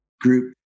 group